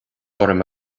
orm